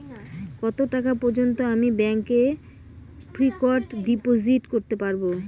কত টাকা পর্যন্ত আমি ব্যাংক এ ফিক্সড ডিপোজিট করতে পারবো?